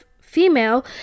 female